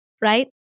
right